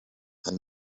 and